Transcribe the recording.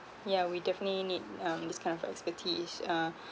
yeah we definitely need um this kind of expertise uh